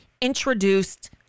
introduced